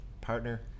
partner